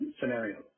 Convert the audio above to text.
scenarios